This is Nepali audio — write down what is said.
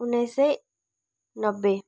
उन्नाइस सय नब्बे